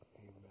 Amen